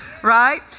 right